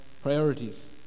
Priorities